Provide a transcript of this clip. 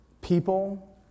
people